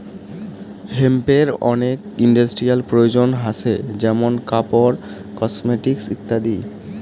হেম্পের অনেক ইন্ডাস্ট্রিয়াল প্রয়োজন হাছে যেমন কাপড়, কসমেটিকস ইত্যাদি